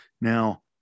Now